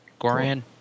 Goran